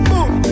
Boom